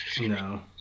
No